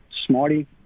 Smarty